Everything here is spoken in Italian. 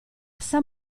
san